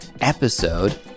episode